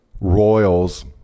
Royals